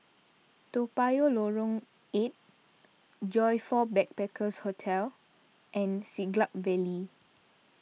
Toa Payoh Lorong eight Joyfor Backpackers' Hostel and Siglap Valley